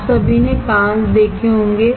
आप सभी ने कांच देखे होंगे